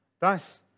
Thus